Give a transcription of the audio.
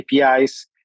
APIs